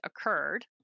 occurred